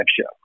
show